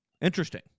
Interesting